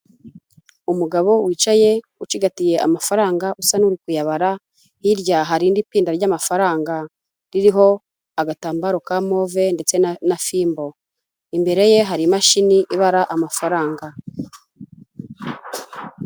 Umugabo wicaye ucigatiye amafaranga usa n'uri kuyabara, hirya hari irindi pinda ry'amafaranga ririho agatambaro ka move ndetse na fimbo, imbere ye hari imashini ibara amafaranga.